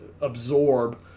absorb